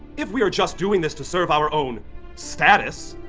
if we're just doing this to serve our own status,